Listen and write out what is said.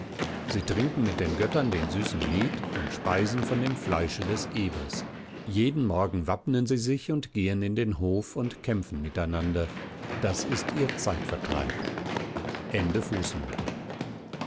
sie trinken mit den göttern den süßen met und speisen von dem fleische des ebers jeden morgen wappnen sie sich und gehen in den hof und kämpfen miteinander das ist ihr zeitvertreib